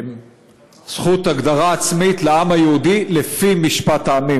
זכות הגדרה עצמית לעם היהודי לפי משפט העמים.